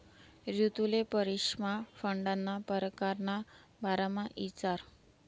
रितुले परीक्षामा फंडना परकार ना बारामा इचारं